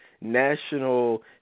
National